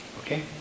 Okay